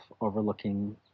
overlooking